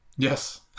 Yes